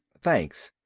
thanks.